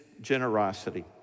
generosity